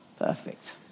Perfect